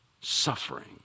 suffering